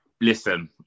Listen